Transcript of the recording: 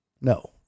No